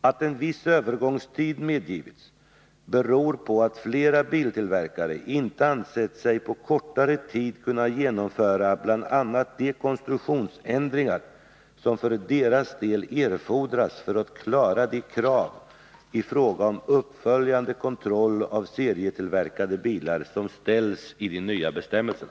Att en viss övergångstid medgivits beror på att flera biltillverkare inte ansett sig på kortare tid kunna genomföra bl.a. de konstruktionsändringar som för deras del erfordras för att klara de krav i fråga om uppföljande kontroll av serietillverkade bilar som ställs i de nya bestämmelserna.